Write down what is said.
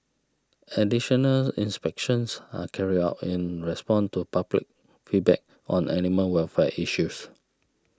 additional inspections are carried out in response to public feedback on the animal welfare issues